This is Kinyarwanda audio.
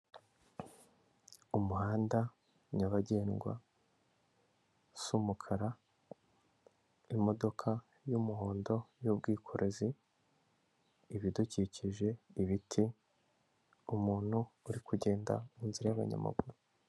Umuhanda nyabagendwa usa umukara, imodoka y'umuhondo y'ubwikorezi, ibidukikije, ibiti, umuntu uri kugenda mu nzira y'abanyamaguru.